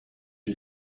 you